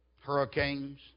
hurricanes